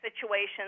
situations